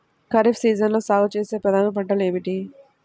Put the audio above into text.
ఖరీఫ్ సీజన్లో సాగుచేసే ప్రధాన పంటలు ఏమిటీ?